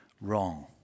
Wrong